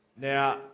Now